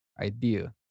idea